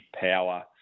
power